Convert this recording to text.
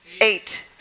Eight